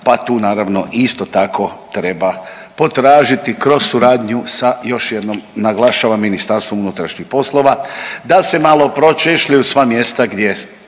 pa tu naravno isto tako treba potražiti kroz suradnju sa, još jednom naglašavam, MUP-om da se malo pročešljaju sva mjesta gdje,